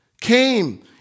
came